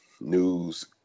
news